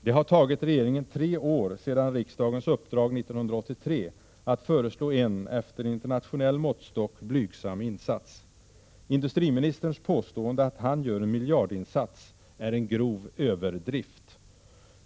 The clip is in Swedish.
Det har tagit regeringen tre år sedan riksdagens uppdrag 1983 att föreslå en efter internationell måttstock blygsam insats. Industriministerns påstående att han gör en miljardinsats är en grov överdrift.